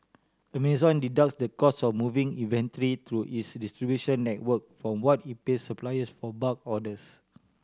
Amazon deducts the cost of moving inventory through its distribution network from what it pays suppliers for bulk orders